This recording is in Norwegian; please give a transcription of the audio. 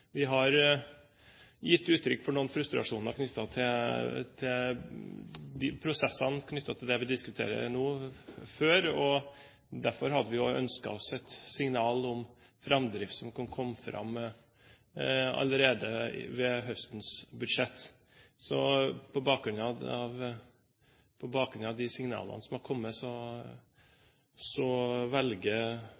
Vi har tidligere gitt uttrykk for noe frustrasjon over prosessene knyttet til det vi diskuterer nå. Derfor har vi jo ønsket oss et signal om framdrift allerede i forbindelse med høstens budsjett. På bakgrunn av de signalene som har kommet,